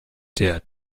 der